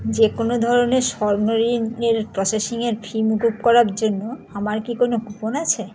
যে কোনো ধরনের স্বর্ণ ঋণ এর প্রসেসিংয়ের ফি মকুব করার জন্য আমার কি কোনো কুপন আছে